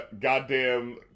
goddamn